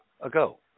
ago